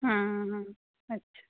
हाँ हाँ अच्छा